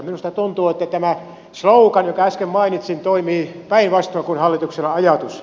minusta tuntuu että tämä slogan jonka äsken mainitsin toimii päinvastoin kuin hallituksella on ajatus